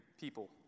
people